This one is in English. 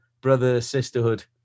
brother-sisterhood